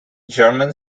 german